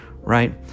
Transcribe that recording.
right